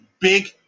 big